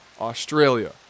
Australia